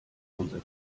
unsere